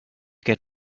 get